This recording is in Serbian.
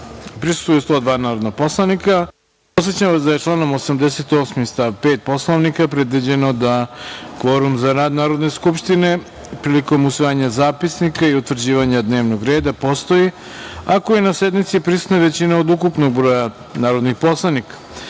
prisustvuju 102 narodna poslanika. Podsećam vas da je članom 88. stav 5. Poslovnika predviđeno da kvorum za rad Narodne skupštine prilikom usvajanja zapisnika i utvrđivanja dnevnog reda postoji ako je na sednici prisutna većina od ukupnog broja narodnih poslanika. Radi